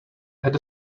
had